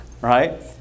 right